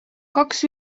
kaks